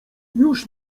już